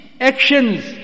actions